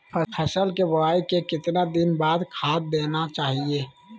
फसल के बोआई के कितना दिन बाद खाद देना चाइए?